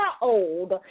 old